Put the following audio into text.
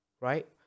right